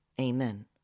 Amen